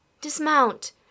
Dismount